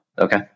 Okay